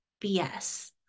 BS